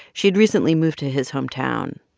she had recently moved to his hometown.